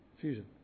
Fusion